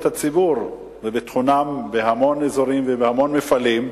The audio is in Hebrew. הציבור וביטחונו בהמון אזורים ובהמון מפעלים.